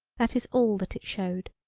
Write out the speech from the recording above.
that is all that it showed.